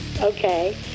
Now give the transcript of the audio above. Okay